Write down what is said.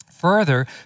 Further